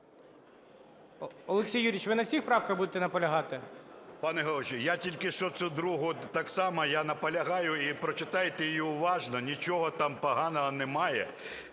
Олексій Юрійович, ви на всіх правках будете наполягати?